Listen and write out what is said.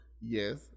Yes